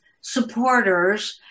supporters